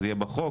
זה יהיה בחוק.